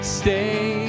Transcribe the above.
stay